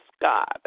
God